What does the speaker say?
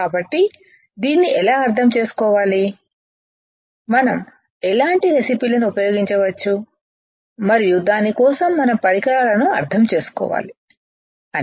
కాబట్టి దీన్ని ఎలా అర్థం చేసుకోవాలి మనం ఎలాంటి రెసిపీలను ఉపయోగించవచ్చు మరియు దాని కోసం మనం పరికరాలను అర్థం చేసుకోవాలి అని